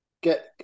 get